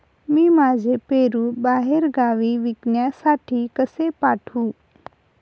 मी माझे पेरू बाहेरगावी विकण्यासाठी कसे पाठवू?